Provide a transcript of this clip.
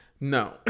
No